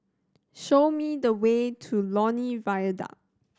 show me the way to Lornie Viaduct